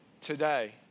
today